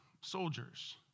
soldiers